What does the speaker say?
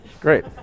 Great